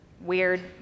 weird